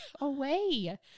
away